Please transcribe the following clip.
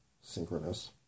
synchronous